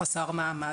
חסר מעמד,